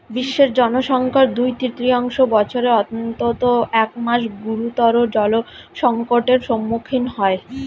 বিশ্বের জনসংখ্যার দুই তৃতীয়াংশ বছরের অন্তত এক মাস গুরুতর জলসংকটের সম্মুখীন হয়